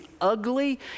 ugly